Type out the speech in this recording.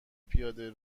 پیاده